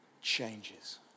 changes